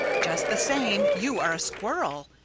just the same, you are a squirrel,